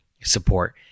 support